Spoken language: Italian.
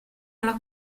alla